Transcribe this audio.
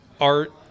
art